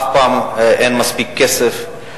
אף פעם אין מספיק כסף,